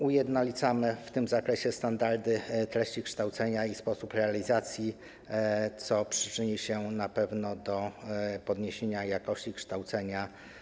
Ujednolicamy w tym zakresie standardy treści kształcenia i sposób realizacji, co przyczyni się na pewno do podniesienia jakości kształcenia.